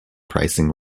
pricing